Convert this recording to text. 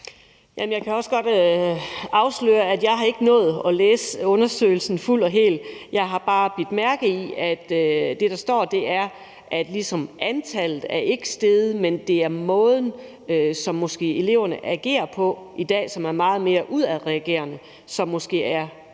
jeg kan også godt afsløre, at jeg ikke har nået at læse undersøgelsen fuldt og helt. Jeg har bare bidt mærke i, at det, der står, er, at antallet ikke er steget, men at det er måden, som eleverne agerer på i dag, hvor de er meget mere udadreagerende, der måske er problemet.